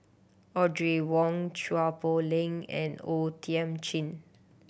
Audrey Wong Chua Poh Leng and O Thiam Chin